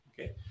Okay